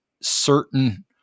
certain